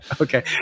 Okay